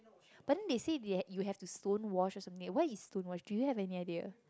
but then they say they have you have to stone wash or something what is stone wash do you have any idea